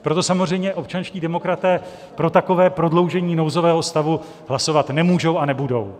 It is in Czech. Proto samozřejmě občanští demokraté pro takové prodloužení nouzového stavu hlasovat nemůžou a nebudou.